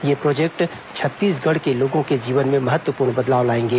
ये प्रोजेक्ट छत्तीसगढ़ के लोगों के जीवन में महत्वपूर्ण बदलाव लाएंगे